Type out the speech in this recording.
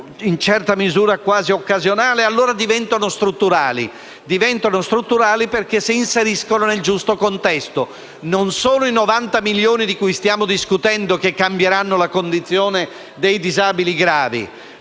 in certa misura, quasi occasionali, diventano strutturali, perché si inseriscono nel giusto contesto. Non sono i 90 milioni di cui stiamo discutendo che cambieranno la condizione dei disabili gravi,